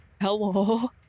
Hello